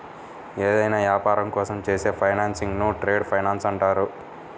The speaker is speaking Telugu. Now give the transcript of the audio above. ఏదైనా యాపారం కోసం చేసే ఫైనాన్సింగ్ను ట్రేడ్ ఫైనాన్స్ అంటారు